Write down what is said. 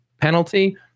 penalty